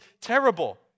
terrible